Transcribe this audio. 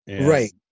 right